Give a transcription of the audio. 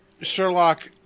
sherlock